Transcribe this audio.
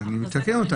אז אני מתקן אותה.